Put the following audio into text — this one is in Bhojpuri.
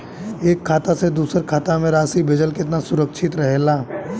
एक खाता से दूसर खाता में राशि भेजल केतना सुरक्षित रहेला?